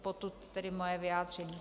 Potud tedy moje vyjádření.